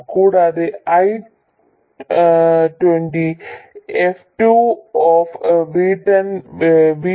കൂടാതെ I20 f2V10 V20